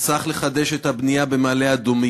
וצריך לחדש את הבנייה במעלה-אדומים.